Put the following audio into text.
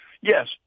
yes